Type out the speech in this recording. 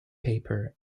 paper